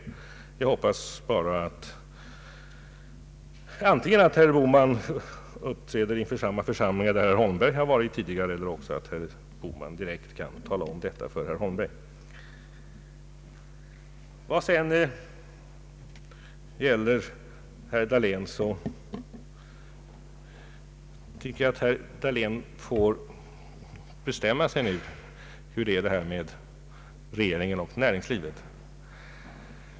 Jag hoppas bara att herr Bohman antingen uppträder inför samma församlingar där herr Holmberg varit tidigare eller att herr Bohman direkt talar om detta för herr Holmberg. Till herr Dahlén får jag säga att jag tycker han får bestämma sig nu om hur det är med regeringen och näringslivet.